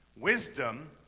Wisdom